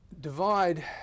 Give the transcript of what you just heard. divide